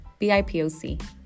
BIPOC